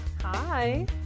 Hi